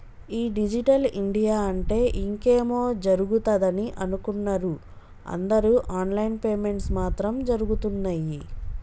ఈ digital India అంటే ఇంకేమో జరుగుతదని అనుకున్నరు అందరు ఆన్ లైన్ పేమెంట్స్ మాత్రం జరగుతున్నయ్యి